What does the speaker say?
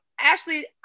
Ashley